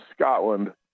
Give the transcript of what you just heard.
Scotland